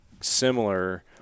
similar